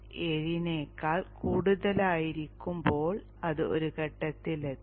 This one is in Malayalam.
7 നേക്കാൾ കൂടുതലായിരിക്കുമ്പോൾ അത് ഒരു ഘട്ടത്തിലെത്തും